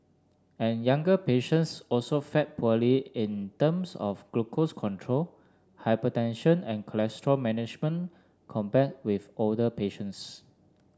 and younger patients also fared poorly in terms of glucose control hypertension and cholesterol management compared with older patients